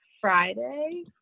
Friday